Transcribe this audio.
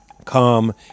calm